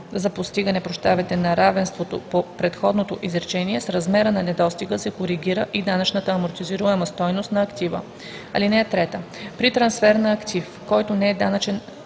за постигане на равенството по предходното изречение, с размера на недостига се коригира и данъчната амортизируема стойност на актива. (3) При трансфер на актив, който не е данъчен